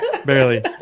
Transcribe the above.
Barely